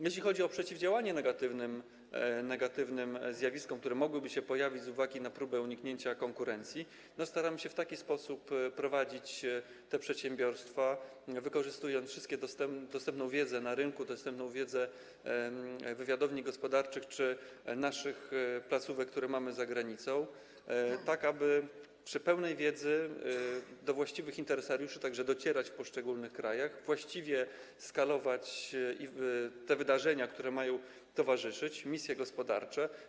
Jeśli chodzi o przeciwdziałanie negatywnym zjawiskom, które mogłyby się pojawić z uwagi na próbę uniknięcia konkurencji, to staramy się w taki sposób prowadzić te przedsiębiorstwa, wykorzystując dostępną wiedzę na rynku, dostępną wiedzę wywiadowni gospodarczych czy naszych placówek, które mamy za granicą, aby przy pełnej wiedzy docierać do właściwych interesariuszy w poszczególnych krajach, właściwie skalować wydarzenia, które mają temu towarzyszyć, misje gospodarcze.